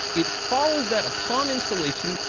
it follows that upon installation,